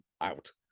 out